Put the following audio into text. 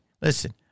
listen